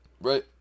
Right